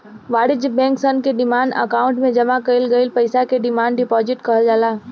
वाणिज्य बैंक सन के डिमांड अकाउंट में जामा कईल गईल पईसा के डिमांड डिपॉजिट कहल जाला